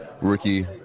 rookie